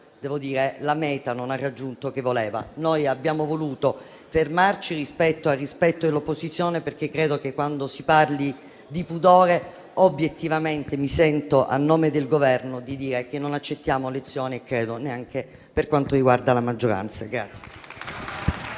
ma magari non ha raggiunto la meta voluta. Noi abbiamo voluto fermarci per rispetto dell'opposizione, perché credo che, quando si parli di pudore, obiettivamente mi sento, a nome del Governo, di dire che non accettiamo lezioni e credo neanche per quanto riguarda la maggioranza.